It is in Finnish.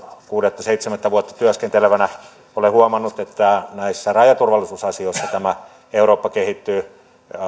kuudetta seitsemättä vuotta työskentelevänä olen huomannut että rajaturvallisuusasioissa eurooppa kehittyy